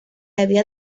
había